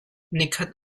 nikhat